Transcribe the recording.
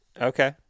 Okay